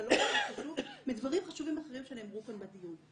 זה לא פחות חשוב מדברים חשובים אחרים שנאמרו כאן בדיון.